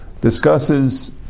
discusses